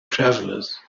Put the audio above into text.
travelers